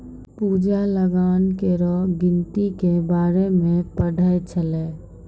पूजा लगान केरो गिनती के बारे मे पढ़ै छलै